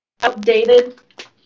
Outdated